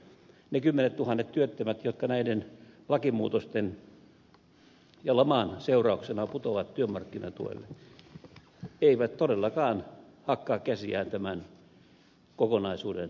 ne kymmenettuhannet työttömät jotka näiden lakimuutosten ja laman seurauksena putoavat työmarkkinatuelle eivät todellakaan hakkaa käsiään tämän kokonaisuuden kunniaksi